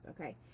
okay